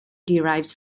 derives